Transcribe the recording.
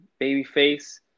babyface